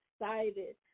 excited